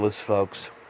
folks